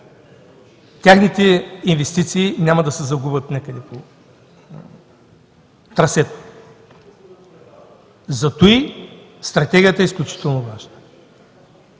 техните инвестиции няма да се загубят някъде по трасето. За това стратегията е изключително важна.